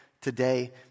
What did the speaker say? today